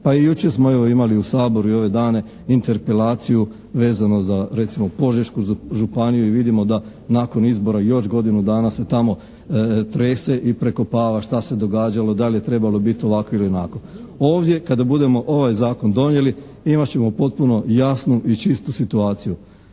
Pa i jučer smo evo imali u Saboru i ove dane interpelaciju vezano recimo za Požešku županiju i vidimo da nakon izbora još godinu dana se tamo trese i prekopava šta se događalo, da li je trebalo biti ovako ili onako. Ovdje kada budemo ovaj zakon donijeli imat ćemo potpuno jasnu i čistu situaciju.